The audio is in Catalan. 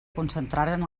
concentraren